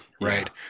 right